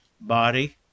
body